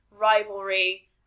rivalry